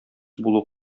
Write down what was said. булу